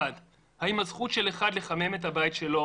1. האם הזכות של אחד לחמם את הבית שלו